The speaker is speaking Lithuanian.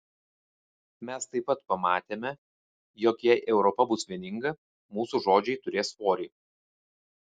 mes taip pat pamatėme jog jei europa bus vieninga mūsų žodžiai turės svorį